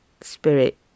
spirit